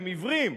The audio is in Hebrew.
הם עיוורים,